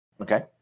okay